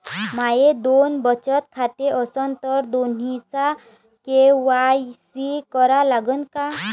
माये दोन बचत खाते असन तर दोन्हीचा के.वाय.सी करा लागन का?